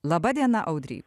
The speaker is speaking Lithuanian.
laba diena audry